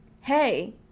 hey